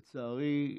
לצערי,